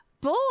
boy